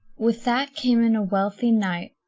with that came in a wealthy knight,